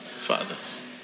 fathers